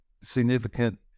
significant